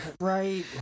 Right